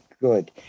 good